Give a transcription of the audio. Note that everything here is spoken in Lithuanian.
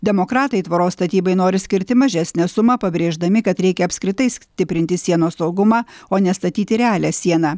demokratai tvoros statybai nori skirti mažesnę sumą pabrėždami kad reikia apskritai stiprinti sienos saugumą o ne statyti realią sieną